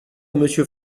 monsieur